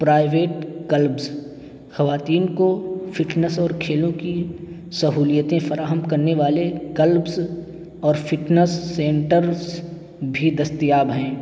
private clubs خواتین کو fitness اور کھیلوں کی سہولیتیں فراہم کرنے والے کلبس اور فٹنس سنٹرس بھی دستیاب ہیں